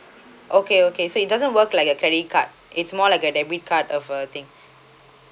okay okay so it doesn't work like a credit card it's more like a debit card of a thing